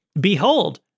Behold